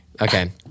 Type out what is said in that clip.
Okay